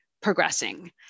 progressing